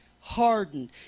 Hardened